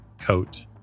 coat